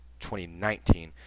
2019